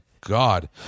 God